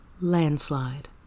Landslide